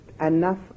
enough